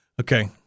Okay